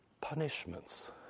punishments